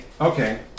Okay